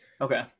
Okay